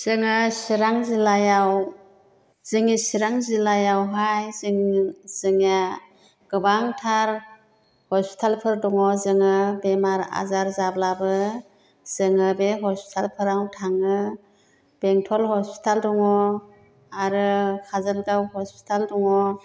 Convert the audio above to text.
जोङो चिरां जिल्लायाव जोंनि चिरां जिल्लायावहाय जोंनि जोंनिया गोबांथार हस्पिटालफोर दङ जोङो बेमार आजार जाब्लाबो जोङो बे हस्पिटालफ्रावनो थाङो बेंटल हस्पिटाल दङ आरो काज'लगाव हस्पिटाल दङ